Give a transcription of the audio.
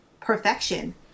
perfection